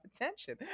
attention